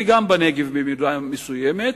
וגם בנגב במידה מסוימת,